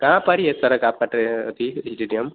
कहाँ पड़ी है सड़क की ट्रे अथी इस्टेडियम